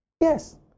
Yes